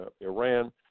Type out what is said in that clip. Iran